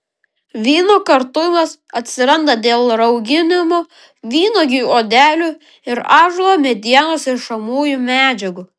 vyno kartumas atsiranda dėl rauginimo vynuogių odelių ir ąžuolo medienos rišamųjų medžiagų